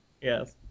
Yes